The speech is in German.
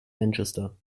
manchester